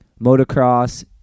motocross